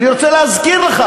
אני רוצה להזכיר לך.